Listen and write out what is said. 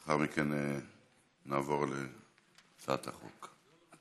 לאחר מכן נעבור להצעת החוק.